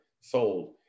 sold